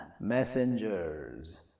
messengers